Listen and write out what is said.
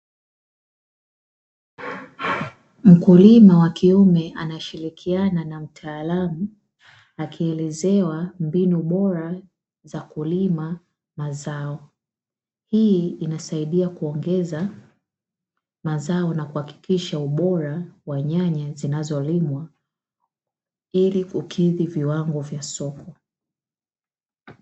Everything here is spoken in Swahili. Mkulima wa kiume anashirikiana na mtaalamu, akielezewa mbinu bora za kulima mazao. Hii inasaidia kuongeza mazao na kuhakikisha ubora wa nyanya zinazolimwa ili kukidhi viwango vya soko.